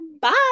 Bye